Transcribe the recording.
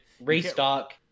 restock